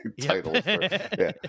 title